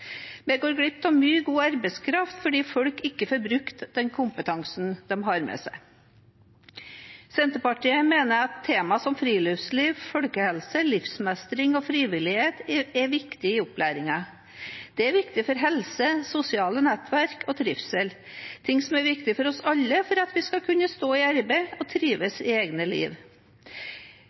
Vi går glipp av mye god arbeidskraft fordi folk ikke får brukt den kompetansen de har med seg. Senterpartiet mener at tema som friluftsliv, folkehelse, livsmestring og frivillighet er viktig i opplæringen. Det er viktig for helse, sosiale nettverk og trivsel – ting som er viktig for oss alle for at vi skal kunne stå i arbeid og trives i eget liv.